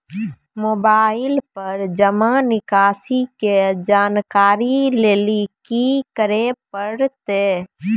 Mobile पर जमा निकासी के जानकरी लेली की करे परतै?